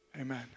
Amen